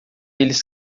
eles